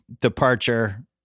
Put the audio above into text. departure